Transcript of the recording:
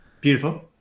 Beautiful